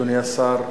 אדוני השר,